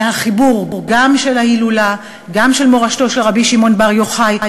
מהחיבור גם של ההילולה וגם של מורשתו של רבי שמעון בר יוחאי,